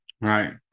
Right